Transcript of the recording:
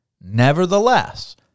Nevertheless